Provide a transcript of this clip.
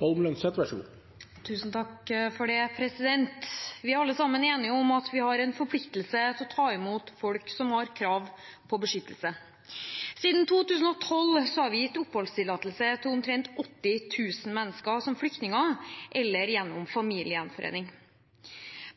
forberede oss så godt vi kan på å håndtere det på best mulig måte. Vi er alle sammen enige om at vi har en forpliktelse til å ta imot folk som har krav på beskyttelse. Siden 2012 har vi gitt oppholdstillatelse til omtrent 80 000 mennesker som flyktninger eller gjennom familiegjenforening.